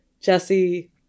Jesse